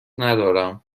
ندارم